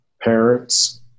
parents